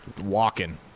walking